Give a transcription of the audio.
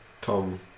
Tom